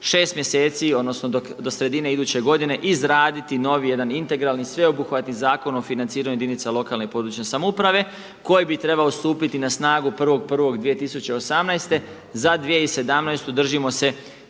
6 mjeseci, odnosno do sredine iduće godine izraditi novi jedan integralni, sveobuhvatni Zakon o financiranju jedinica lokalne i područne samouprave koji bi trebao stupiti na snagu 1.1.2018. Za 2017. držimo se